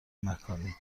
مکانی